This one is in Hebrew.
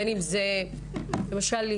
למשל,